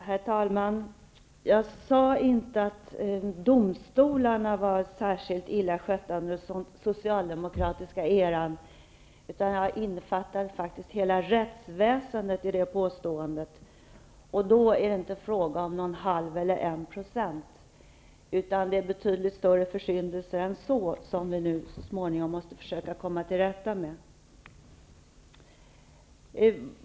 Herr talman! Jag sade inte att domstolarna var särskilt illa skötta under den socialdemokratiska eran. Jag innefattade faktiskt hela rättsväsendet i mitt påstående. Det är inte fråga om 0,5 eller 1 %, utan det gäller betydligt större försyndelser som vi så småningom måste försöka komma till rätta med.